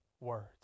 words